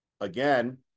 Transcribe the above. Again